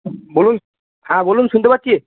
বলুন হ্যাঁ বলুন শুনতে পাচ্ছি